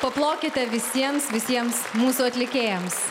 paplokite visiems visiems mūsų atlikėjams